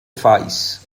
faz